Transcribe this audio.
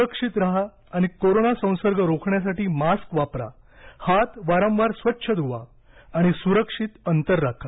सुरक्षित राहा आणि कोरोना संसर्ग रोखण्यासाठी मास्क वापरा हात वारंवार स्वच्छ धुवा सुरक्षित अंतर ठेवा